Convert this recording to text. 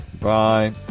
Bye